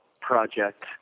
project